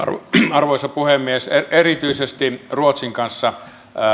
arvoisa puhemies erityisesti ruotsin kanssa